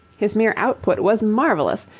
his mere output was marvellous,